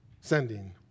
sending